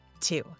Two